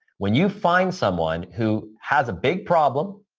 when you find someone who has a big problem,